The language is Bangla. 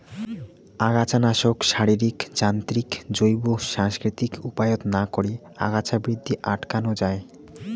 আগাছানাশক, শারীরিক, যান্ত্রিক, জৈব, সাংস্কৃতিক উপায়ত না করি আগাছা বৃদ্ধি আটকান যাই